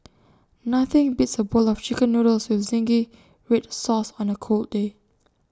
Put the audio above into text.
nothing beats A bowl of Chicken Noodles with Zingy Red Sauce on A cold day